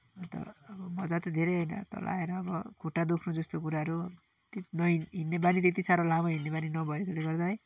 अन्त अब मज्जा त धेरै होइन तल आएर अब खुट्टा दुख्नु जस्तो कुराहरू त्यो नहिन् हिँड्ने बानी त्यति साह्रो लामो हिँड्ने बानी नभएकोले गर्दा है